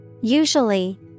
Usually